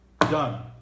done